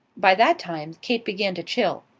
by that time kate began to chill.